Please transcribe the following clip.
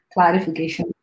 Clarification